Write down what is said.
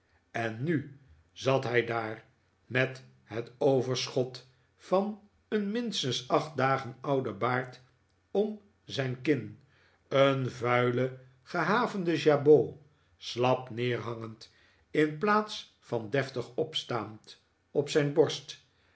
en nu zat hij daar met het overschot van een minstens acht dagen ouden baard om zijn kin een vuilen gehavenden jabot slap neerhangend in plaats van deftig opstaand op zijn borst